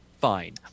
Fine